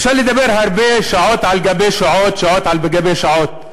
אפשר לדבר שעות על גבי שעות, שעות על גבי שעות.